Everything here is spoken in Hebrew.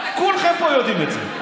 כולכם פה יודעים את זה.